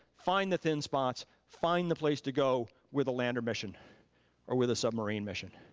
find the thin spots, find the place to go with a lander mission or with a submarine mission.